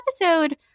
episode